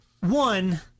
one